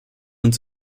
uns